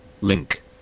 link